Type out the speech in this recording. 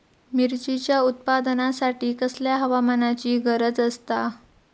मिरचीच्या उत्पादनासाठी कसल्या हवामानाची गरज आसता?